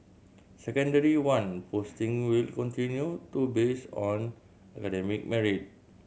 Secondary One postings will continue to based on academic merit